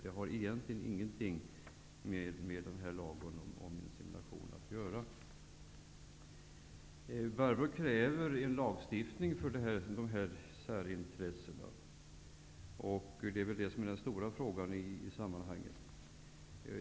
Det har egentligen ingenting med lagen om insemination att göra. Barbro Westerholm kräver en lagstiftning för dessa särintressen. Det är väl den stora frågan i sammanhanget.